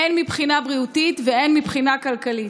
הן מבחינה בריאותית והן מבחינה כלכלית.